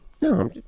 No